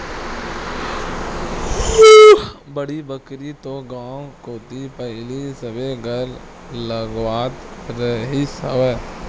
बाड़ी बखरी तो गाँव कोती पहिली सबे घर लगावत रिहिस हवय